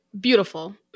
Beautiful